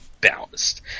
balanced